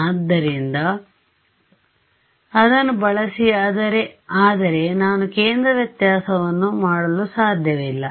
ಆದ್ದರಿಂದ ಅದನ್ನು ಬಳಸಿ ಆದರೆ ನಾನು ಕೇಂದ್ರ ವ್ಯತ್ಯಾಸವನ್ನು ಮಾಡಲು ಸಾಧ್ಯವಿಲ್ಲ